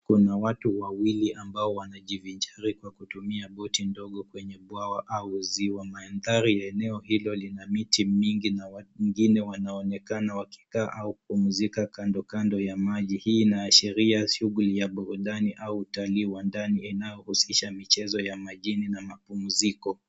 Kuna watu wawili ambao wanajivinjari kwa kutumia boti ndogo kwenye bwawa au ziwa. Mandhari ya eneo hilo lina miti mingi na watu wengine wanaonekana wanaonekana wakikaa au kupumzika kando kando ya maji. Hii inaashiria shughuli ya burudani au utalii wa ndani inaohusisha michezo ya majini na mapumziko.